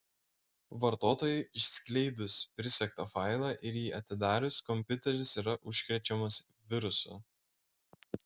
vartotojui išskleidus prisegtą failą ir jį atidarius kompiuteris yra užkrečiamas virusu